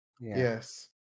Yes